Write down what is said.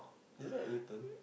isn't that Newton